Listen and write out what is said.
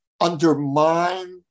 undermine